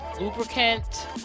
lubricant